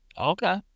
okay